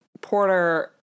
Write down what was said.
Porter